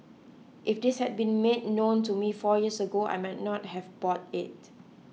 if this had been made known to me four years ago I might not have bought it